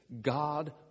God